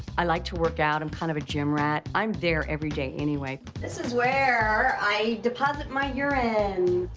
i like to work out. i'm kind of a gym rat. i'm there every day, anyway. this is where i deposit my urine.